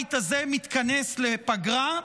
הבית הזה מתכנס לפגרה,